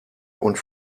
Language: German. und